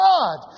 God